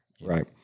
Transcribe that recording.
Right